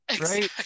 Right